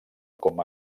com